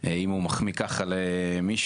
אם הוא מחמיא ככה למישהו,